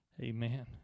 amen